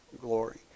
glory